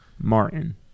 Martin